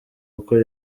kuko